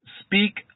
speak